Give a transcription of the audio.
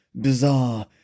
bizarre